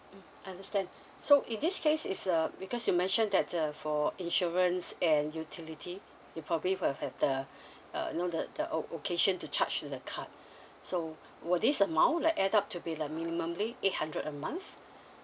mm understand so in this case is uh because you mentioned that uh for insurance and utility you probably will have the uh you know the the o~ occasion to charge to the card so will this amount like add up to be the minimumly eight hundred a month